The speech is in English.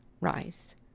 Rise